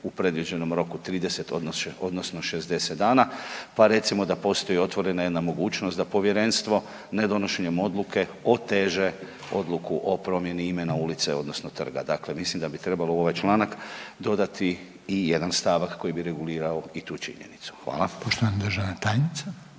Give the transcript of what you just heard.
u predviđenom roku od 30 odnosno 60 dana, pa recimo da postoji otvorena jedna mogućnost da Povjerenstvo nedonošenjem odluke oteže odluku o promjeni imena, ulice, odnosno trga, dakle mislim da bi trebalo ovaj članak dodati i jedan stavak koji bi regulirao i tu činjenicu. Hvala.